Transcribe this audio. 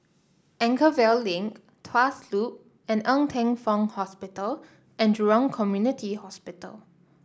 Anchorvale Link Tuas Loop and Ng Teng Fong Hospital and Jurong Community Hospital